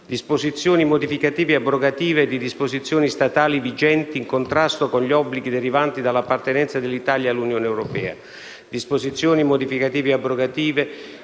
disposizioni modificative o abrogative di disposizioni statali vigenti in contrasto con gli obblighi derivanti dall'appartenenza dell'Italia all'Unione europea;